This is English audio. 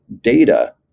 Data